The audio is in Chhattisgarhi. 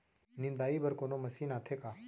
निंदाई बर कोनो मशीन आथे का?